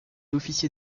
officier